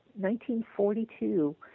1942